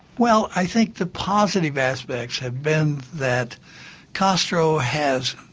well i think the positive aspects have been that castro has,